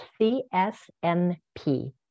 CSNP